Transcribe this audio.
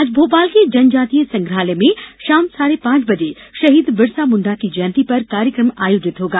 आज भोपाल के जनजाति संग्रहालय में शाम साढ़े पांच बजे शहीद बिरसा मुण्डा की जयन्ती पर कार्यक्रम आयोजित होगा